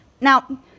Now